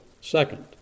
second